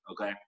okay